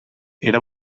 era